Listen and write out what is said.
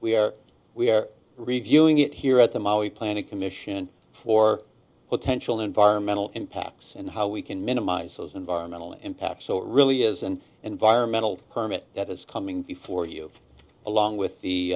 we are we are reviewing it here at the maui planning commission for potential environmental impacts and how we can minimize those environmental impact so it really is an environmental permit that is coming before you along with the